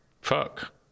Fuck